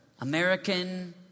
American